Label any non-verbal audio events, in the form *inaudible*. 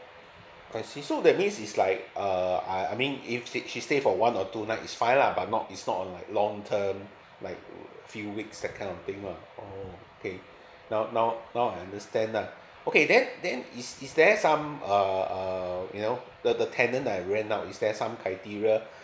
I see so that means is like uh I I mean if she she stayed for one or two night is fine lah but not it's not on like long term like few weeks that kind of thing lah oh okay now now now I understand lah okay then then is is there some err you know the the tenant that I rent out is there some criteria *breath*